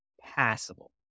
Passable